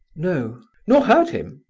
no. nor heard him?